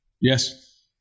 Yes